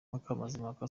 mukamazimpaka